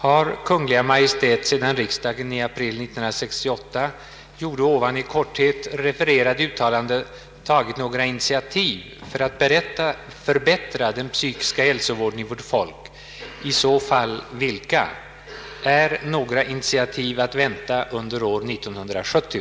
Det måste vara av allmänt intresse att veta hur Kungl. Maj:t ser på den här antydda frågan och om initiativ till en bättre psykisk hälsovård är att förvänta. Med stöd av vad jag sålunda anfört anhåller jag om första kammarens tillstånd att till statsrådet och chefen för socialdepartementet få ställa följande frågor: Har Kungl. Maj:t sedan riksdagen i april 1968 gjorde ovan i korthet refererade uttalande tagit några initiativ för att förbättra den psykiska hälsovården i vårt folk? I så fall vilka? Är några initiativ att vänta under år 1970?